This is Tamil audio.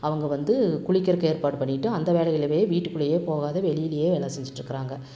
அவங்க வந்து குளிக்கறதுக்கு ஏற்பாடு பண்ணிவிட்டு அந்த வேலைகள வீட்டுக்குள்ளயே போகாம வெளிலேயே வேலை செஞ்சுட்ருக்கிறாங்க